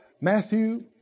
Matthew